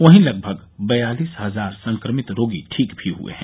वहीं लगभग बयालिस हजार संक्रमित रोगी ठीक भी हुए हैं